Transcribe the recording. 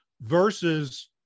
versus